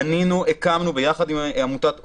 הקמנו יחד עם עמותת "עוגן",